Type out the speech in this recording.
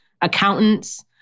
accountants